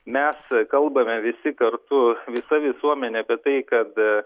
mes kalbame visi kartu visa visuomenė apie tai kad